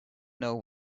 know